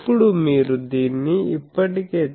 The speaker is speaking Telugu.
ఇప్పుడు మీరు దీన్ని ఇప్పటికే చేస్తే అది dθ